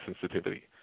sensitivity